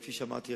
כפי שאמרתי,